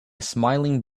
smiling